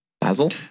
Basil